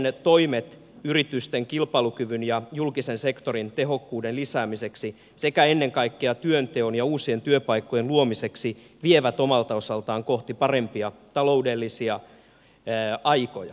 hallituksen toimet yritysten kilpailukyvyn ja julkisen sektorin tehokkuuden lisäämiseksi sekä ennen kaikkea työnteon ja uu sien työpaikkojen luomiseksi vievät omalta osaltaan kohti parempia taloudellisia aikoja